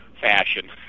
fashion